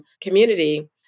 community